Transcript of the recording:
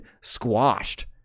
squashed